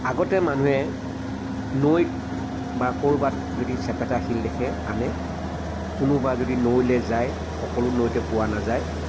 আগতে মানুহে নৈত বা ক'ৰবাত যদি চেপেটা শিল দেখে আনে কোনোবা যদি নৈলৈ যায় সকলো নৈতে পোৱা নাযায়